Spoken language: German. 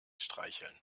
streicheln